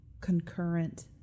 concurrent